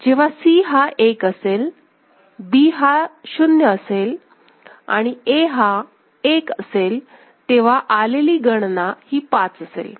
जेव्हा Cहा 1असेलB हा 0असेल आणि A हा 1असेलतेव्हा आलेली गणना ही पाच असेल